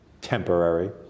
temporary